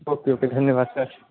okay okay धन्यवाद sir